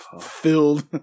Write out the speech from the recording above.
filled